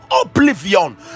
oblivion